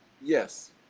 Yes